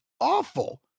awful